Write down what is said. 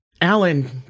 Alan